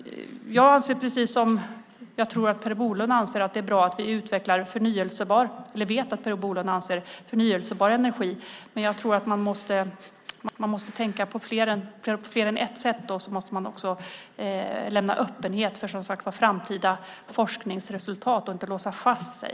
Jag anser, som jag vet att Per Bolund anser, att det är bra att vi utvecklar förnybar energi, men jag tror att man måste tänka på fler än ett sätt. Man måste också visa öppenhet för framtida forskningsresultat och inte låsa fast sig.